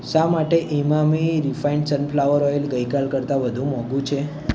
શા માટે Emami refined sunflower oil ગઈકાલ કરતાં વધુ મોંઘુ છે